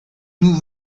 nous